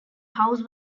house